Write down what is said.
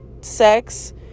sex